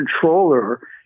controller